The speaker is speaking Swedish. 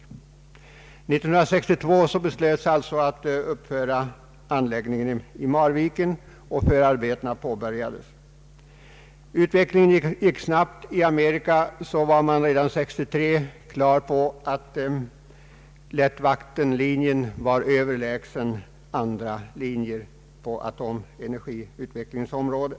1962 fattades alltså beslut om att uppföra anläggningen i Marviken och förarbetena påbörjades och alla var eniga. Utvecklingen gick emellertid snabbt. I Amerika var man redan 1963 på det klara med att lättvattenlinjen var överlägsen andra linjer på atomenergiutvecklingens område.